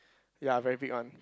ya very big one